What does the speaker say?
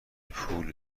پول